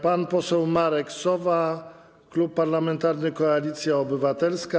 Pan poseł Marek Sowa, Klub Parlamentarny Koalicja Obywatelska.